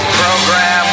program